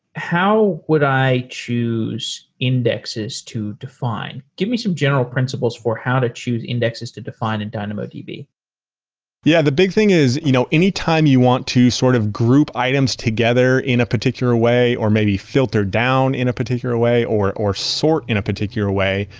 how would i choose indexes to define? give me some general principles for how to choose indexes to define in dynamodb yeah. the big thing is you know any time you want to sort of group items together in a particular way or maybe filter down in a particular way or or sort in a particular way,